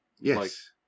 Yes